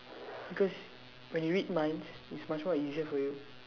because when you read minds it's much more easier for you